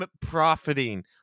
profiting